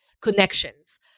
connections